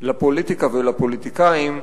לפוליטיקה ולפוליטיקאים,